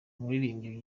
umuririmbyi